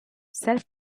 self